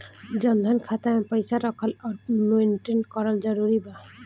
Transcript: जनधन खाता मे पईसा रखल आउर मेंटेन करल जरूरी बा?